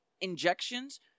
injections